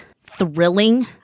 thrilling